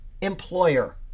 employer